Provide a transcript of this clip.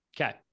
okay